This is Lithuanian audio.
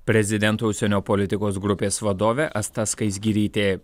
prezidento užsienio politikos grupės vadovė asta skaisgirytė